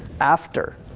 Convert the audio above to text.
after.